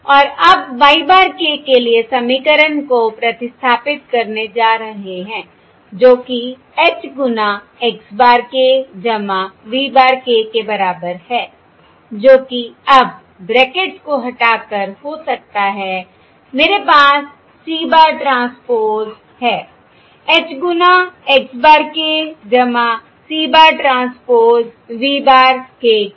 और अब y bar k के लिए समीकरण को प्रतिस्थापित करने जा रहे हैं जो कि H गुना x bar k v bar k के बराबर है जो कि अब ब्रैकेट्स को हटाकर हो सकता है मेरे पास c बार ट्रांसपोज़ है h गुना x bar k c bar transpose v bar k के